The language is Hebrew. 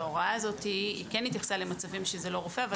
וההוראה הזאת כן התייחסה למצבים שזה לא רופא אבל